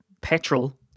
petrol